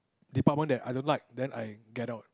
department that I don't like then I get out